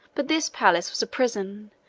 but this palace was a prison,